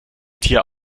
tier